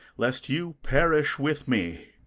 lest you perish with me.